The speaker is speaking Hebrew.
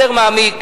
יותר מעמיק,